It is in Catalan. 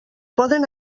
poden